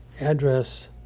address